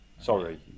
sorry